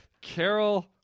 Carol